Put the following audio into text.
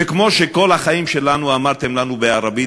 וכמו שכל החיים שלנו אמרתם לנו בערבית,